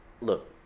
look